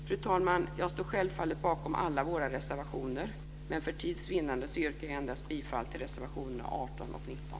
Fru talman! Jag står självfallet bakom alla våra reservationer, men för tids vinnande yrkar jag bifall endast till reservationerna 18 och 19.